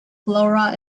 flora